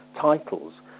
titles